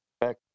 Back